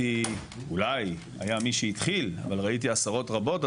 אולי היה מי שהתחיל אבל ראיתי עשרות רבות,